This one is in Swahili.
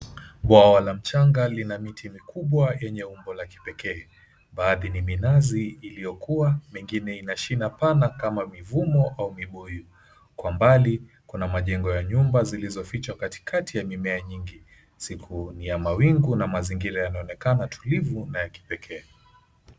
Bwawa la mchanga lina miti mikubwa yenye umbo la kipekee baadhi ni minazi iliyokuwa, mengine ina shina pana kama mivumo au mibuyu. Kwa mbali kuna majengo ya nyumba zilizofichwa katikati ya mimea nyingi, siku ni ya mawingu na mazingira yanaonekana tulivu na ya kipekee.